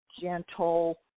gentle